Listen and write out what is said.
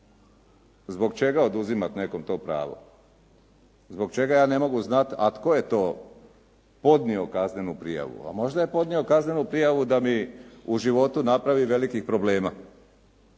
zbog čega oduzimat nekom to pravo? Zbog čega ja ne mogu znati, a tko je to podnio kaznenu prijavu? A možda je podnio kaznenu prijavu da mi u životu napravi velikih problema.